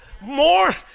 more